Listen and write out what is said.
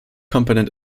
component